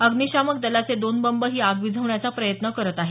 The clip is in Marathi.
अग्निशामक दलाचे दोन बंब ही आग विझवण्याचा प्रयत्न करत आहेत